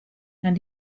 and